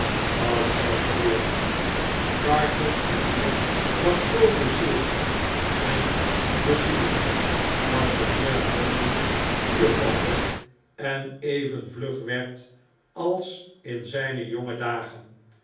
dat zal gebeuren carton's manier was zoo bezield en bezielend dat de heer lorry vuur vatte en even vlug werd als in zijne jonge dagen